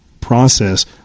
process